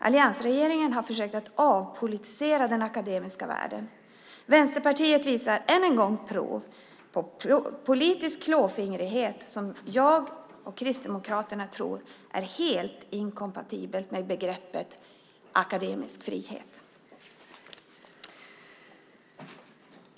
Alliansregeringen har försökt att avpolitisera den akademiska världen. Vänsterpartiet visar än en gång prov på politisk klåfingrighet som jag och Kristdemokraterna tror är helt inkompatibel med begreppet akademisk frihet.